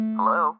Hello